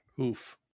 Oof